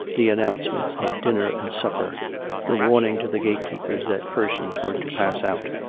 the announcement of dinner and supper the warning to the gatekeepers that persons were to pass out.